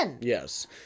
Yes